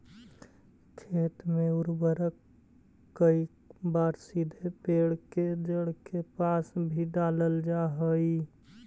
खेत में उर्वरक कईक बार सीधे पेड़ के जड़ के पास भी डालल जा हइ